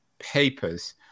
Papers